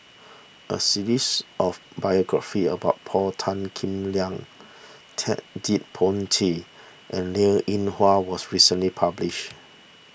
a series of biographies about Paul Tan Kim Liang Ted De Ponti and Linn in Hua was recently published